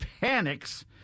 panics